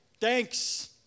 thanks